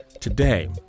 Today